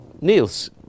Niels